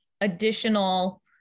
additional